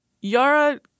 Yara